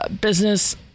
business